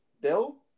Bill